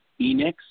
Enix